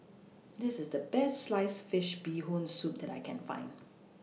This IS The Best Sliced Fish Bee Hoon Soup that I Can Find